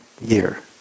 year